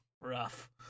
Rough